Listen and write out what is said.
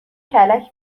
کلک